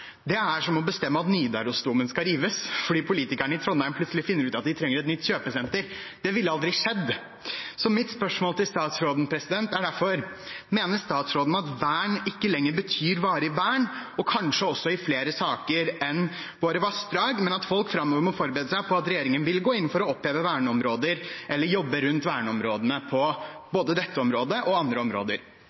er som å bestemme at Nidarosdomen skal rives fordi politikerne i Trondheim plutselig finner ut at de trenger et nytt kjøpesenter. Det ville aldri skjedd. Mitt spørsmål til statsråden er derfor: Mener statsråden at vern ikke lenger betyr varig vern, kanskje også i flere saker enn de som gjelder våre vassdrag, og at folk framover må forberede seg på at regjeringen vil gå inn for å oppheve verneområder eller jobbe rundt verneområdene på både dette området og andre områder?